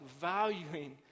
valuing